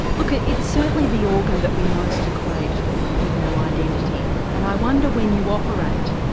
look, ah it's certainly the organ that we most equate with our identity and i wonder when you operate,